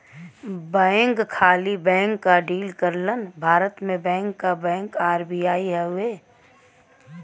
bank खाली bank क deal करलन भारत में बैंक क बैंक आर.बी.आई हउवे